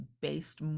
based